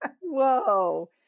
Whoa